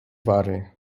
wary